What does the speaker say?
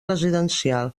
residencial